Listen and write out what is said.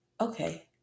okay